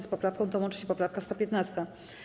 Z poprawką tą łączy się poprawka 115.